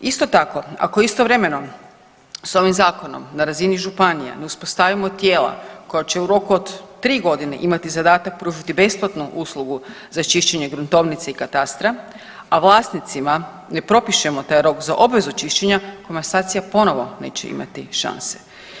Isto tako ako istovremeno s ovim zakonom na razini županija ne uspostavimo tijela koja će u roku od 3.g. imati zadatak pružiti besplatnu uslugu za čišćenje gruntovnice i katastra, a vlasnicima ne propišemo taj rok za obvezu čišćenja komasacija ponovo neće imati šanse.